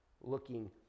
looking